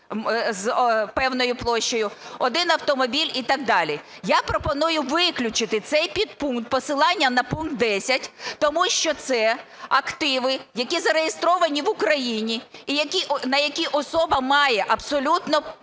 з певною площею, один автомобіль і так далі). Я пропоную виключити цей підпункт, посилання на пункт 10, тому що це активи, які зареєстровані в Україні і на які особа має абсолютно